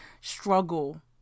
struggle